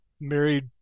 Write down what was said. married –